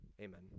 Amen